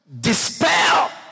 dispel